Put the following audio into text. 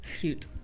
Cute